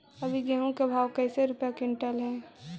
अभी गेहूं के भाव कैसे रूपये क्विंटल हई?